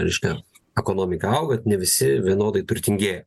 reiškia ekonomikai augant ne visi vienodai turtingėja